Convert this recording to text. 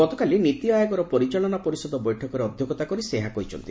ଗତକାଲି ନୀତି ଆୟୋଗର ପରିଚାଳନା ପରିଷଦ ବୈଠକରେ ଅଧ୍ୟକ୍ଷତା କରି ସେ ଏହା କହିଛନ୍ତି